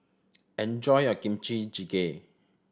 enjoy your Kimchi Jjigae